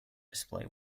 display